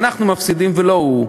אנחנו מפסידים ולא הם.